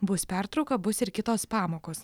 bus pertrauka bus ir kitos pamokos